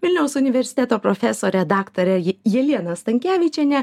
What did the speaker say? vilniaus universiteto profesorę daktarę ji jelieną stankevičienę